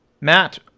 Matt